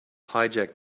hijack